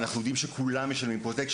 כי הרי אנחנו יודעים שכולם משלמים Protection.